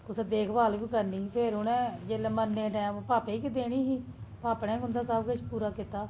कुसै देख भाल बी करनी ही ते उ'नें फिर जिसलै मरने टैम उप्पर भापे गी गै देनी ही भापे ने गै उं'दा सबकिश पूरा कीता